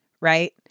right